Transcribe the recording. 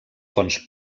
fonts